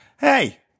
hey